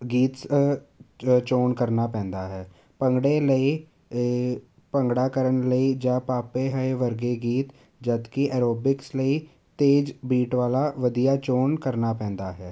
ਗੀਤ ਸ ਚੋਣ ਕਰਨਾ ਪੈਂਦਾ ਹੈ ਭੰਗੜੇ ਲਈ ਭੰਗੜਾ ਕਰਨ ਲਈ ਜਾਂ ਪਾਪੇ ਹੈ ਵਰਗੇ ਗੀਤ ਜਦਕਿ ਐਰੋਬਿਕਸ ਲਈ ਤੇਜ਼ ਬੀਟ ਵਾਲਾ ਵਧੀਆ ਚੋਣ ਕਰਨਾ ਪੈਂਦਾ ਹੈ